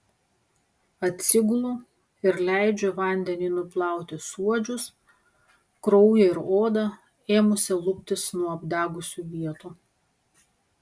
atsigulu ir leidžiu vandeniui nuplauti suodžius kraują ir odą ėmusią luptis nuo apdegusių vietų